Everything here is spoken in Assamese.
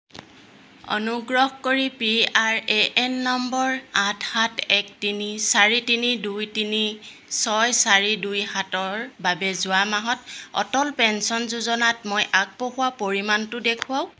অনুগ্ৰহ কৰি পি আৰ এ এন নম্বৰ আঠ সাত এক তিনি চাৰি তিনি দুই তিনি ছয় চাৰি দুই সাতৰ বাবে যোৱা মাহত অটল পেঞ্চন যোজনাত মই আগবঢ়োৱা পৰিমাণটো দেখুৱাওক